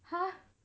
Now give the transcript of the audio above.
!huh!